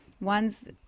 ones